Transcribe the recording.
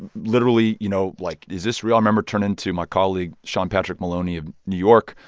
literally, you know, like, is this real? i remember turning to my colleague, sean patrick maloney of new york,